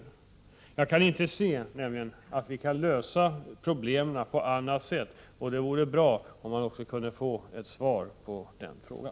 Jag kan nämligen inte se att vi kan lösa problemen på annat sätt. Det vore bra om jag kunde få ett svar på frågan.